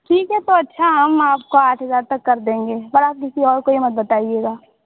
ठीक है तो अच्छा हम आपको आठ हज़ार तक कर देंगे पर आप किसी और को यह मत बताइएगा